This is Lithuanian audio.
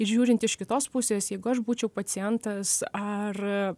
žiūrint iš kitos pusės jeigu aš būčiau pacientas ar